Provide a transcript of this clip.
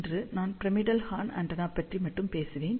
இன்று நான் pyramidal horn antenna பற்றி மட்டுமே பேசுவேன்